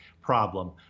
problem